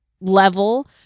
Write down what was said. level